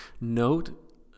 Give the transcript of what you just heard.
note